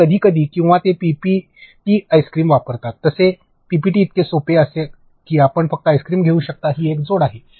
आणि कधीकधी किंवा ते पीपीटीमध्ये आईस्क्रीम वापरतात जसे पीपीटीइतकेच सोपे असे की आपण फक्त आईस्क्रीम घेऊ शकता ही एक जोड आहे